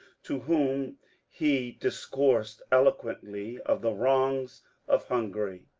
to whom he discoursed eloquently of the wrongs of hungary.